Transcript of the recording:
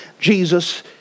Jesus